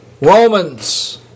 Romans